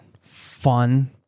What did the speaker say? fun